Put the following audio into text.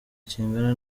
kingana